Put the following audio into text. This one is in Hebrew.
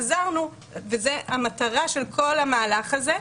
זו המטרה של כל המהלך הזה,